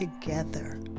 together